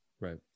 right